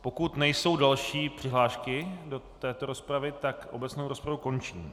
Pokud nejsou další přihlášky do této rozpravy, obecnou rozpravu končím.